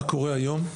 מה קורה היום?